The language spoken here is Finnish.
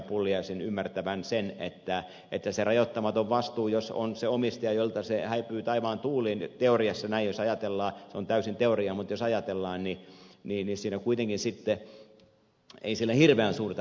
pulliaisen ymmärtävän sen että sillä rajoittamattomalla vastuulla jos on se omistaja jolta se häipyy taivaan tuuliin teoriassa näin jos ajatellaan se on täysin teoriaa mutta jos ajatellaan niin ei sillä hirveän suurta merkitystä ole